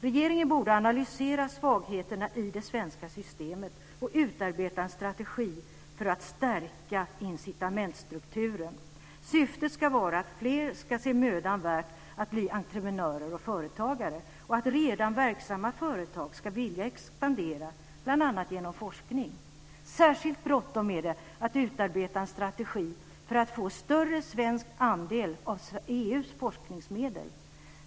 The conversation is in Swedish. Regeringen borde analysera svagheterna i det svenska systemet och utarbeta en strategi för att stärka incitamentsstrukturen. Syftet ska vara att fler ska finna det mödan värt att bli entreprenörer och företagare och att redan verksamma företag ska vilja expandera bl.a. genom forskning. Särskilt bråttom är det att utarbeta en strategi för att få en större svensk andel av EU:s forskningsmedel.